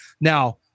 Now